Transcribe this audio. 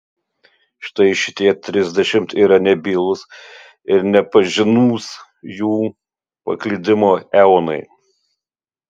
štai šitie trisdešimt yra nebylūs ir nepažinūs jų paklydimo eonai